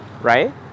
right